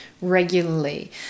regularly